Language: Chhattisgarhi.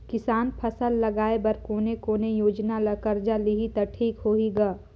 किसान फसल लगाय बर कोने कोने योजना ले कर्जा लिही त ठीक होही ग?